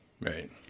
Right